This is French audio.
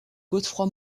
godefroy